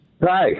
Hi